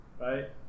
right